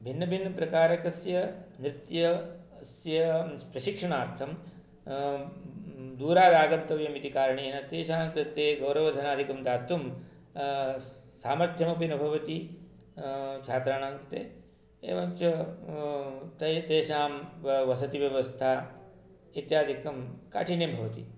भिन्नभिन्नप्रकारकस्य नृत्यस्य प्रशिक्षणार्थं दूरादागन्तव्यम् इति कारणेन तेषाङ्कृते गौरवधनादिकं दातुं सामर्थ्यमपि न भवति छात्राणाङ्कृते एवञ्च तेषां वसतिव्यवस्था इत्यादिकं काठिन्यं भवति